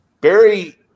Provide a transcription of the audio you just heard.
Barry